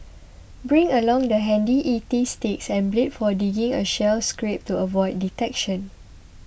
bring along the handy E T sticks and blade for digging a shell scrape to avoid detection